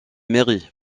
mairie